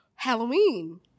Halloween